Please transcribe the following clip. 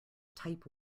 type